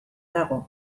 dago